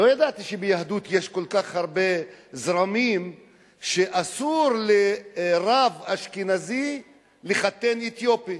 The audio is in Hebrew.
לא ידעתי שביהדות יש כל כך הרבה זרמים שאסור לרב אשכנזי לחתן אתיופי.